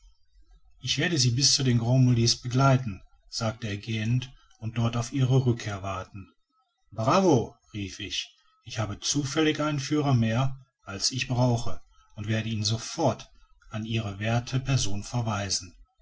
ich werde sie bis zu den grand mulets begleiten sagte er gähnend und dort auf ihre rückkehr warten bravo rief ich ich habe zufällig einen führer mehr als ich brauche und werde ihn sofort an ihre werthe person verweisen